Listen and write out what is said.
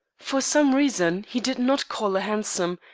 for some reason, he did not call a hansom,